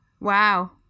Wow